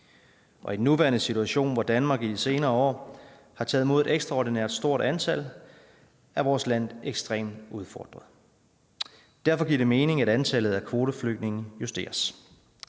I den nuværende situation, hvor Danmark i de senere år har taget imod et ekstraordinært stort antal, er vores land ekstremt udfordret. Derfor giver det mening, at antallet af kvoteflygtninge justeres.